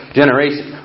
generation